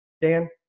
Dan